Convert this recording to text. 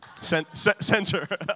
Center